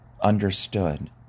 understood